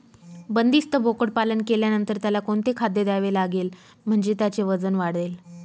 बंदिस्त बोकडपालन केल्यानंतर त्याला कोणते खाद्य द्यावे लागेल म्हणजे त्याचे वजन वाढेल?